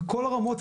בכל הרמות,